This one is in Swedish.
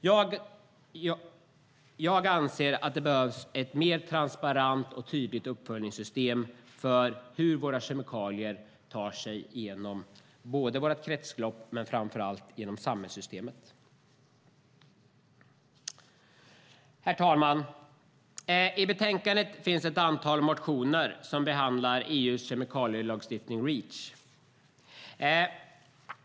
Jag anser därför att det behövs ett mer transparent och tydligt uppföljningssystem för hur våra kemikalier tar sig genom våra kretslopp och framför allt genom samhällssystemet. Herr talman! I betänkandet finns ett antal motioner som behandlar EU:s kemikalielagstiftning Reach.